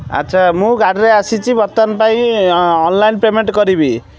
ଆଚ୍ଛା ମୁଁ ଗାଡ଼ିରେ ଆସିଛି ବର୍ତ୍ତମାନ ପାଇଁ ଅନଲାଇନ୍ ପେମେଣ୍ଟ୍ କରିବି